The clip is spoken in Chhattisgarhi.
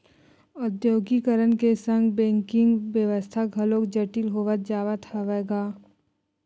औद्योगीकरन के संग बेंकिग बेवस्था घलोक जटिल होवत जावत हवय गा